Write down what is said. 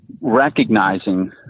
recognizing